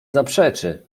zaprzeczy